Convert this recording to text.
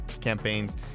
campaigns